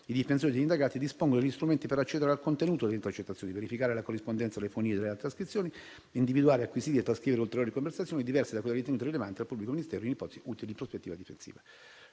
i difensori degli indagati dispongono di strumenti per accedere al contenuto delle intercettazioni, per verificare la corrispondenza delle fonie alle trascrizioni; individuare, acquisire e trascrivere ulteriori conversazioni diverse da quelle ritenute rilevanti dal pubblico ministero, in ipotesi utili in prospettiva difensiva.